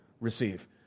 receive